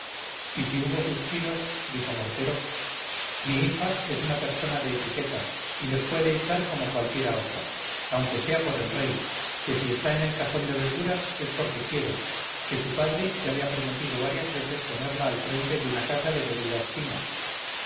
y si hubo suspiros dijo mortero mi hija es una persona de etiqueta y los puede echar como cualquiera otra aunque sea por el rey que si está en el cajón de verduras es porque quiere que su padre ya le ha prometido varias veces ponerla al frente de una casa de bebidas finas